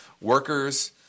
workers